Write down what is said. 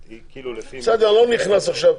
זה לפי --- בסדר, אני לא נכנס עכשיו.